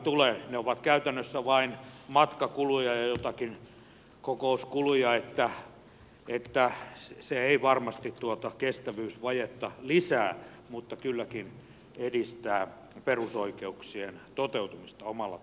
ne ovat käytännössä vain matkakuluja ja joitakin kokouskuluja niin että se ei varmasti kestävyysvajetta lisää mutta kylläkin edistää perusoikeuksien toteutumista omalla tavallaan